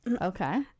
Okay